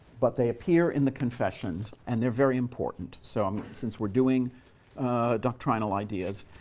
but they appear in the confessions, and they're very important. so um since we're doing doctrinal ideas,